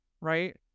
right